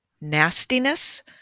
nastiness